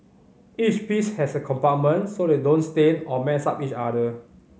each piece has a compartment so they don't stain or mess up each other